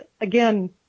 again